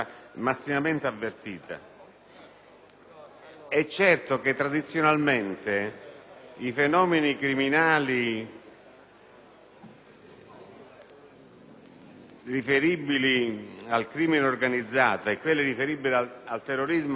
avvertita. Tradizionalmente i fenomeni criminali riferibili al crimine organizzato e quelli riferibili al terrorismo sono